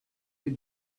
that